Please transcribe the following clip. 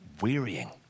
wearying